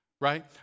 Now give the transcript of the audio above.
right